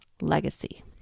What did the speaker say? legacy